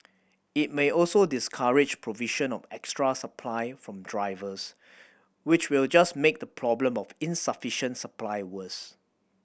it may also discourage provision of extra supply from drivers which will just make the problem of insufficient supply worse